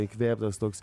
įkvėptas toks